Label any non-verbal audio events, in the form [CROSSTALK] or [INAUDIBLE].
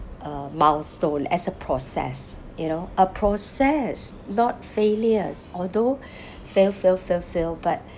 a milestone as a process you know a process not failures although [BREATH] fail fail fail fail but